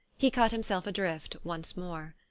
he cut himself adrift once more.